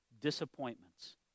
disappointments